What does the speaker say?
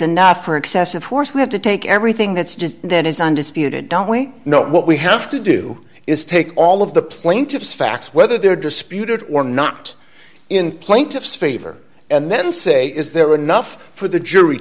enough for excessive force we have to take everything that's just that is undisputed don't we know what we have to do is take all of the plaintiff's facts whether they're disputed or not in plaintiff's favor and then say is there enough for the jury